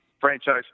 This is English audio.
franchise